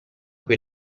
cui